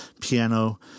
piano